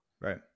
Right